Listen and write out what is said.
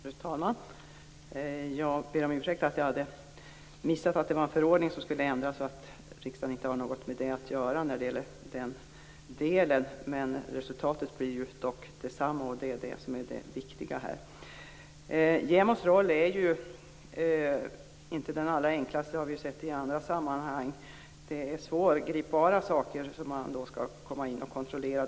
Fru talman! Jag ber om ursäkt för att jag hade missat att det var en förordning som skulle ändras och att riksdagen inte har något med det att göra. Resultatet blir dock detsamma, och det är det som är det viktiga här. JämO:s roll är ju inte den allra enklaste. Det har vi sett i andra sammanhang. Det är svårgripbara saker JämO skall kontrollera.